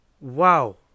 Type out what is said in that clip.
Wow